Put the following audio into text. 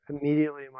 Immediately